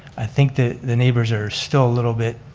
i think that the neighbors are still a little bit